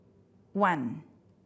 one